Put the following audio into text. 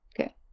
Okay